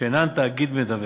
שאינן תאגיד מדווח.